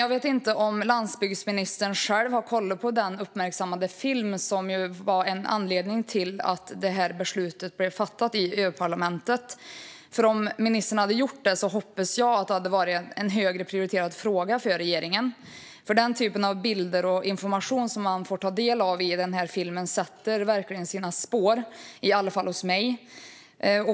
Jag vet inte om landsbygdsministern själv har kollat på den uppmärksammade film som var en anledning till att detta beslut blev fattat i EU-parlamentet. Om ministern hade gjort det hoppas jag att detta hade varit en högre prioriterad fråga för regeringen. Den typ av bilder och information som man får ta del av i denna film sätter verkligen sina spår, i alla fall hos mig.